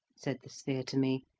said the sphere to me,